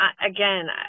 again